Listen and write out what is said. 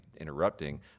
interrupting